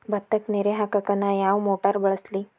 ಭತ್ತಕ್ಕ ನೇರ ಹಾಕಾಕ್ ನಾ ಯಾವ್ ಮೋಟರ್ ಬಳಸ್ಲಿ?